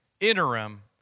Interim